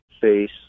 face